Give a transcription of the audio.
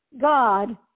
God